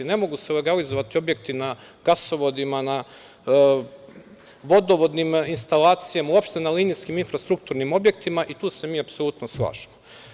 Ne mogu se legalizovati objekti na gasovodima, na vodovodnim instalacijama, uopšte na linijskim infrastrukturnim objektima i tu se mi apsolutno slažemo.